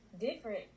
different